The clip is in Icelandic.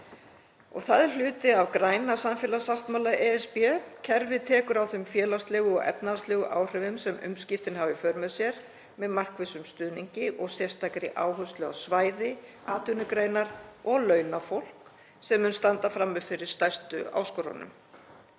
Er það hluti af græna samfélagssáttmála ESB. Kerfið tekur á þeim félagslegu og efnahagslegu áhrifum sem umskiptin hafa í för með sér með markvissum stuðningi og sérstakri áherslu á svæði, atvinnugreinar og launafólk sem mun standa frammi fyrir stærstum áskorunum.